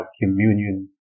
communion